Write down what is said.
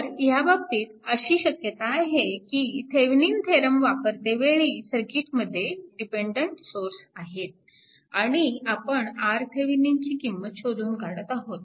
तर त्या बाबतीत अशी शक्यता आहे कि थेविनिन थेरम वापरतेवेळी सर्किटमध्ये डिपेन्डन्ट सोर्स आहेत आणि आपण RThevenin ची किंमत शोधून काढत आहोत